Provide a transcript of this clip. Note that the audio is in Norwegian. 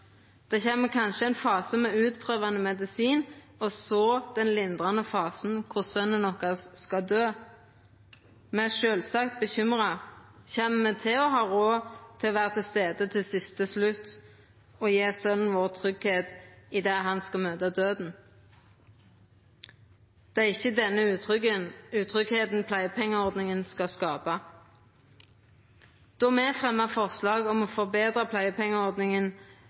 kanskje kjem ein fase med utprøvande medisin, og så kjem den lindrande fasen der sonen deira skal døy. Sjølvsagt er dei bekymra: Kjem dei til å ha råd til å vera til stades til siste slutt og gje sonen tryggleik når han skal møta døden? Det er ikkje denne utryggleiken pleiepengeordninga skal skapa. Då me fremja forslag om å forbetra pleiepengeordninga